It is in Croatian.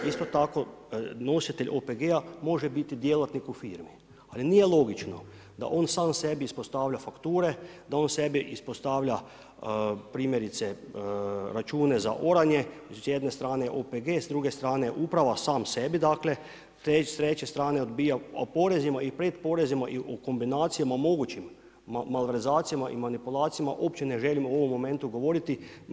Isto tako nositelj OPG-a može biti djelatnik u firmi, ali nije logično da on sam sebi ispostavlja fakture, da on sebi ispostavlja primjerice račune za oranje, s jedne strane OPG, s druge strane uprava sam sebi dakle, s treće strane odbija porezima i pretporezima i u kombinacijama mogućim malverzacijama i manipulacijama uopće ne želim u ovom momentu govoriti.